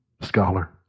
scholar